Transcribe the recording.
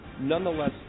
nonetheless